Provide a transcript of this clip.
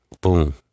boom